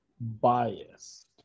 biased